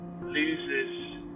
loses